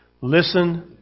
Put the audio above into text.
Listen